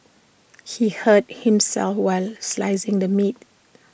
she hurt himself while slicing the meat